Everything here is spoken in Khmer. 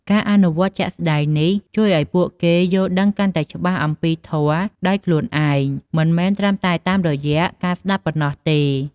ការអនុវត្តជាក់ស្តែងនេះ ជួយឱ្យពួកគេយល់ដឹងកាន់តែច្បាស់អំពីធម៌ដោយខ្លួនឯង មិនមែនត្រឹមតែតាមរយៈការស្ដាប់ប៉ុណ្ណោះទេ។